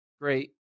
great